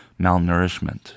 malnourishment